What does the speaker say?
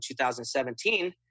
2017